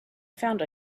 found